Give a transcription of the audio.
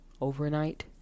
overnight